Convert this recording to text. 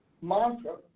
mantra